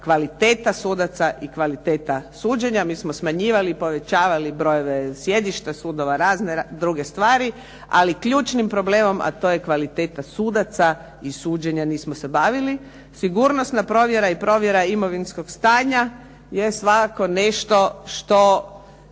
kvaliteta sudaca i kvaliteta suđenja. Mi smo smanjivali, povećavali brojeve sjedišta sudova, razne druge stvari, ali ključnim problemom, a to je kvaliteta sudaca i suđenja nismo se bavili. Sigurnosna provjera i provjera imovinskog stanja je svakako nešto što